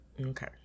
Okay